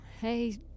Hey